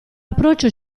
approccio